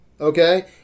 okay